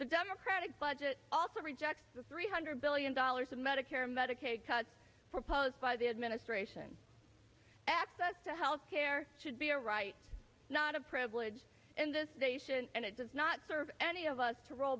the democratic budget also rejects the three hundred billion dollars in medicare medicaid cuts proposed by the administration access to health care should be a right not a privilege in this nation and it does not serve any of us to roll